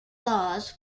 laws